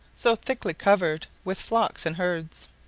so thickly covered with flocks and herds.